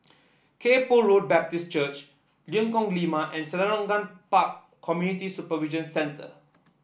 Kay Poh Road Baptist Church Lengkok Lima and Selarang Park Community Supervision Centre